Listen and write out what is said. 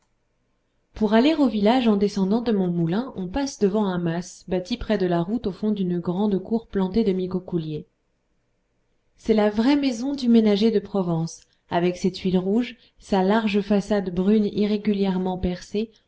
pour aller au village en descendant de mon moulin on passe devant un mas bâti près de la route au fond d'une grande cour plantée de micocouliers c'est la vraie maison du ménager de provence avec ses tuiles rouges sa large façade brune irrégulièrement percée